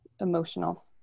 emotional